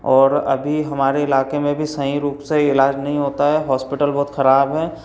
और अभी हमारे इलाके में भी सही रूप से इलाज़ नहीं होता है हॉस्पिटल बहुत ख़राब है